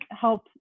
help